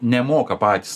nemoka patys